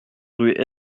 rue